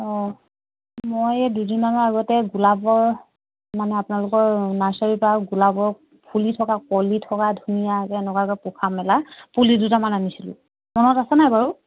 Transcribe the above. অঁ মই এই দুদিনমানৰ আগতে গোলাপৰ মানে আপোনালোকৰ নাৰ্চাৰীৰ পৰা গোলাপৰ ফুলি থকা কলি থকা ধুনীয়াকৈ এনেকুৱাকৈ পোখা মেলা পুলি দুটামান আনিছিলোঁ মনত আছে নাই বাৰু